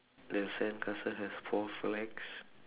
the sandcastle have four flags